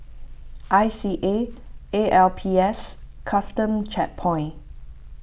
I C A A L P S Custom Checkpoint